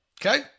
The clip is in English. Okay